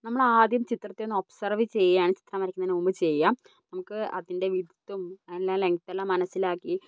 നമ്മൾ ആദ്യം ചിത്രത്തെ ഒന്ന് ഒബ്സർവ് ചെയ്യാൻ ചിത്രം വരയ്ക്കുന്നതിനു മുൻപ് ചെയ്യാം നമുക്ക് അതിൻ്റെ വിഡ്ത്തും എല്ലാ ലെംഗ്ത്തെല്ലാം മനസ്സിലാക്കി